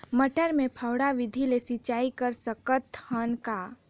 मटर मे फव्वारा विधि ले सिंचाई कर सकत हन का?